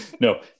No